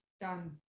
done